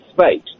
space